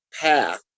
path